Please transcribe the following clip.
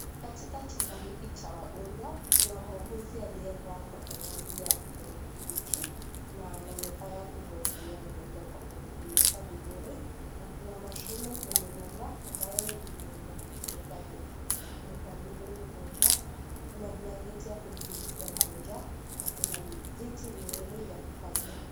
Katika chumba hiki cha wagonjwa, kuna muuguzi aliyevaa vazi ya kijani kibichi na anaonekana kumhudumia mgonjwa kwa kumfunika vizuri na kuna mashine kwenye meza ambayo inaweza kutumika kumkabili mgonjwa, kuna blanketi ya kumfunikia mgonjwa, kuna viti viwili vya kukalia.